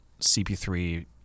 CP3